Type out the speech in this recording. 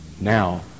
Now